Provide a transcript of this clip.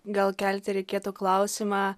gal kelti reikėtų klausimą